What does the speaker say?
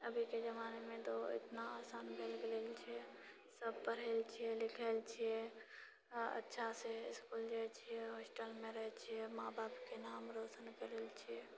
अभीके जमानेमे तो इतना आसान बनि गेलल छै सभ पढ़ै छिऐ लिखै छिऐ आ अच्छासँ इसकुल जाइत छिऐ होस्टलमे रहैत छिऐ माँ बापके नाम रोशन करल छिऐ